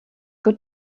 good